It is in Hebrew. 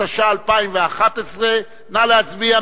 התשע"א 2011. נא להצביע,